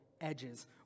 edges